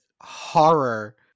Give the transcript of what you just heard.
horror